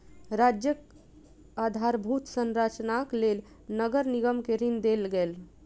राज्यक आधारभूत संरचनाक लेल नगर निगम के ऋण देल गेल